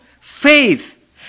faith